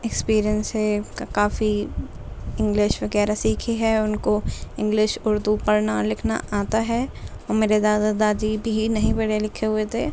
experience سے کافی English وغیرہ سیکھی ہے ان کو انگلش اردو پڑھنا لکھنا آتا ہے اور میرے داد دادی بھی نہیں پڑھے لکھے ہوے تھے